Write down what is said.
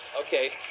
Okay